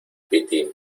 piti